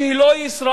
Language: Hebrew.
שהיא לא ישראל,